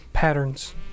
Patterns